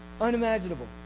Unimaginable